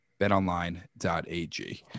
betonline.ag